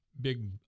big